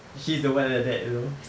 she's the one like that you know